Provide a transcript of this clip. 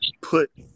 Put